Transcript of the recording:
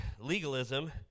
legalism